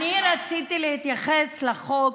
אני רציתי להתייחס לחוק,